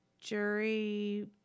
Jury